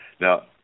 now